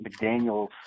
McDaniels